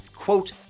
Quote